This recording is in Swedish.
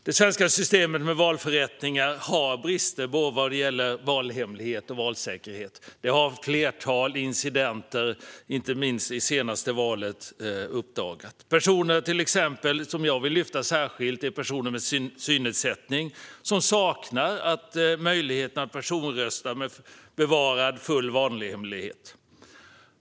Det svenska systemet med valförrättningar har brister vad det gäller valhemlighet och valsäkerhet. Det har ett flertal incidenter, inte minst vid det senaste valet, visat. Jag vill särskilt lyfta fram personer med synnedsättning, som saknar möjlighet att personrösta med bevarad full valhemlighet.